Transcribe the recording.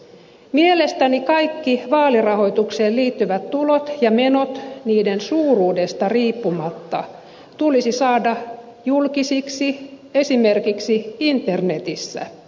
mielestäni kaikki vaalirahoitukseen liittyvät tulot ja menot niiden suuruudesta riippumatta tulisi saada julkisiksi esimerkiksi internetissä